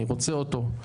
אני רוצה אותו.